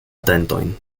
dentojn